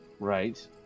Right